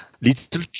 little